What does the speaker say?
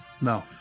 No